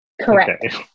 Correct